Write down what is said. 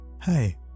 Hi